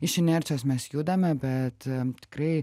iš inercijos mes judame bet tikrai